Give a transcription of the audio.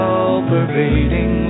all-pervading